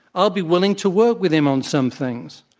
i'll be willing to work with him on some things.